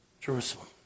Jerusalem